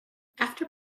after